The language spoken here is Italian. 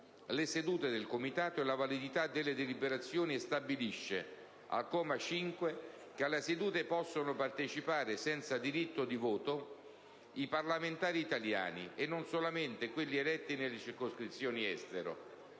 le sedute del Comitato e la validità delle deliberazioni e stabilisce, al comma 5, che alle sedute possano partecipare, senza diritto di voto, i parlamentari italiani, e non solamente quelli eletti nella circoscrizione Estero